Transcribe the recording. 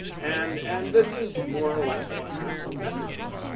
and and this is more or less what happens everywhere.